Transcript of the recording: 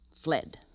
Fled